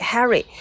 Harry